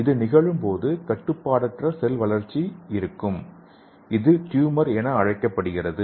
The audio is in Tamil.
இது நிகழும்போது கட்டுப்பாடற்ற செல் வளர்ச்சி இருக்கும் இது டியூமர் என்று அழைக்கப்படுகிறது